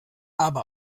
aber